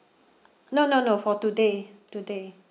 no no no for today today